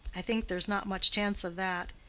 i think there's not much chance of that.